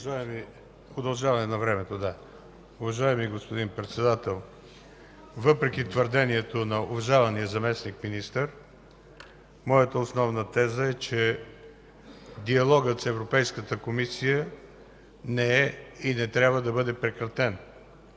Уважаеми господин Председател, въпреки твърдението на уважавания заместник-министър моята основна теза е, че диалогът с Европейската комисия не е и не трябва да бъде прекратен.